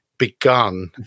Begun